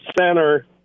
center